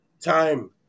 time